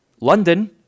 London